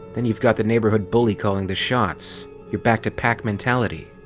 then you've got the neighborgood bully calling the shots you're back to pack mentality.